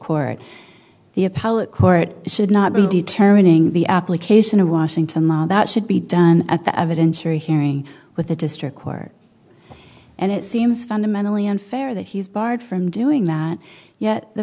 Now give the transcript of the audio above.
appellate court should not be determining the application of washington law that should be done at the evidence or a hearing with a district court and it seems fundamentally unfair that he's barred from doing that yet the